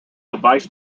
vice